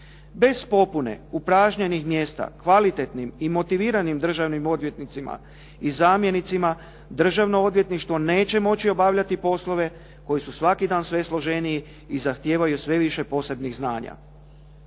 Bez popune upražnjenih mjesta kvalitetnim i motiviranim državnim odvjetnicima i zamjenicima, državno odvjetništvo neće moći obavljati poslove koji su svaki dan sve složeniji i zahtijevaju sve više posebnih znanja.